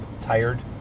tired